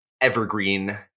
evergreen